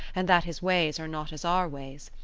and that his ways are not as our ways?